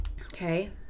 Okay